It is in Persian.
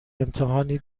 امتحانی